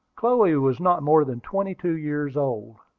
chloe was not more than twenty-two years old.